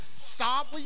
Stop